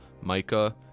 mica